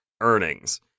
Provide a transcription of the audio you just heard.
earnings